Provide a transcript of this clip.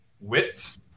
whipped